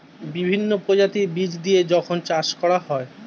বিভিন্ন প্রজাতির বীজ দিয়ে যখন চাষ করা হয়